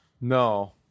No